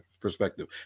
perspective